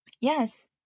yes